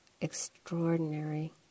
extraordinary